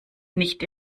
nicht